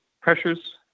pressures